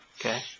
Okay